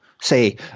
say